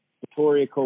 Victoria